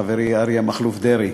חברי אריה מכלוף דרעי,